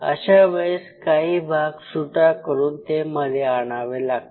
अशा वेळेस काही भाग सुटा करून ते मध्ये आणावे लागते